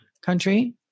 country